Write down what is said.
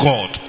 God